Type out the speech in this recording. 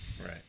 right